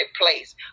place